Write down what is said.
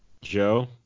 Joe